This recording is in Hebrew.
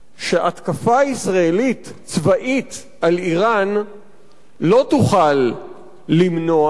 שהתקפה צבאית ישראלית על אירן לא תוכל למנוע,